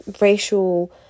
racial